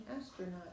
astronaut